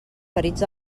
ferits